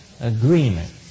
agreement